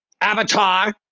avatar